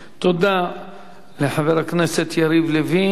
תודה לחבר הכנסת יריב לוין.